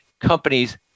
companies